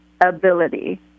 ability